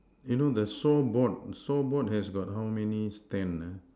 you know the saw board saw board has got how many stand ah